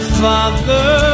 father